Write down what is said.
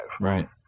Right